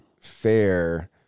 fair